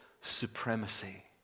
supremacy